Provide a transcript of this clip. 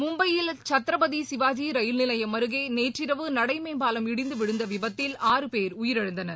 மும்பையில் கத்ரபதிசிவாஜிரயில்நிலையம் அருகேநேற்றீரவு நடைமேம்பாலம் இடிந்துவிழுந்தவிபத்தில் ஆறு பேர் உயிரிழந்தனர்